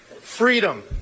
freedom